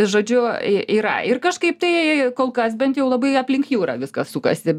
žodžiu yra ir kažkaip tai kol kas bent jau labai aplink jūrą viskas sukasi